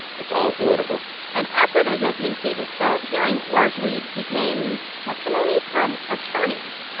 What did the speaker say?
it's all political and after those opening statements, the hearing largely became testimony from attorneys.